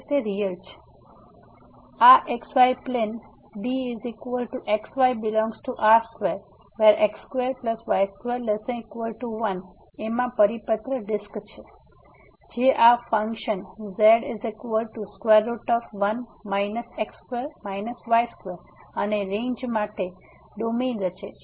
તેથી આ xy plane DxyR2x2y2≤1 માં પરિપત્ર ડિસ્ક છે જે આ ફન્કશન z1 x2 y2 અને રેંજ માટે ડોમેન રચે છે